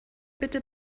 bitte